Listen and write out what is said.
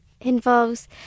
involves